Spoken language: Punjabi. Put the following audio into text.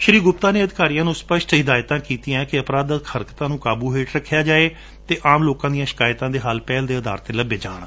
ਸ੍ਰੀ ਗੁਪਤਾ ਨੇ ਅਧਿਕਾਰੀਆਂ ਨੇ ਸਪਸ਼ਟ ਹਿਦਾਇਤਾਂ ਕੀਤੀਆਂ ਕਿ ਅਪਰਾਧਕ ਹਰਕਤਾਂ ਨੇ ਕਾਬੁ ਹੇਠ ਰੱਖਿਆ ਜਾਵੇ ਅਤੇ ਆਮ ਲੋਕਾਂ ਦੀਆਂ ਸ਼ਿਕਾਇਤਾਂ ਦੇ ਹੱਲ ਨੂੰ ਪਹਿਲ ਦੇ ਅਧਾਰ ਉਂਤੇ ਕੀਤੇ ਜਾਣ